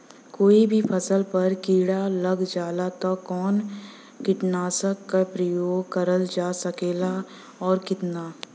कोई भी फूल पर कीड़ा लग जाला त कवन कीटनाशक क प्रयोग करल जा सकेला और कितना?